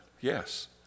yes